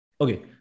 okay